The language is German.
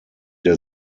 der